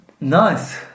Nice